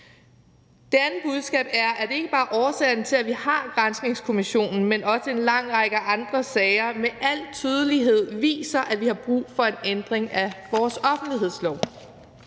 Det andet budskab er, at det ikke er den eneste årsag til, at vi har granskningskommissionen, for der har også været en lang række andre sager, der med al tydelighed viser, at vi har brug for en ændring af vores offentlighedslov.